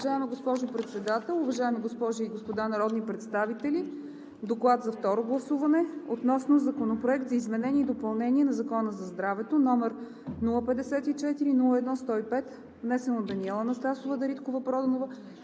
Уважаема госпожо Председател, уважаеми госпожи и господа народни представители! „Доклад за второ гласуване относно Законопроект за изменение и допълнение на Закона за здравето, № 054-01-105, внесен от Даниела Анастасова Дариткова-Проданова